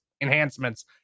enhancements